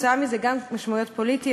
וכתוצאה מזה גם משמעויות פוליטיות.